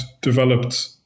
developed